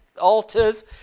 altars